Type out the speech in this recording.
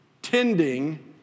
Tending